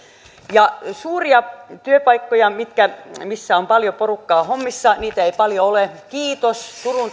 suuria työpaikkoja missä on paljon porukkaa hommissa ei paljoa ole kiitos turun